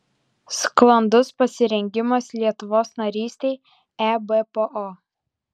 sklandus pasirengimas lietuvos narystei ebpo